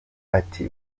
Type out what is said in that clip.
ati